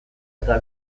eta